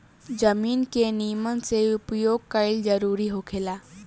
जमीन के निमन से उपयोग कईल जरूरी होखेला